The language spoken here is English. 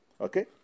Okay